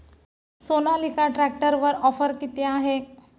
सोनालिका ट्रॅक्टरवर ऑफर किती आहे?